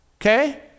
Okay